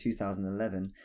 2011